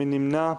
מי נמנע?